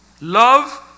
Love